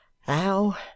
how